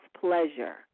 pleasure